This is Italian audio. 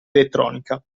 elettronica